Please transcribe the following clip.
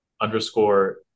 underscore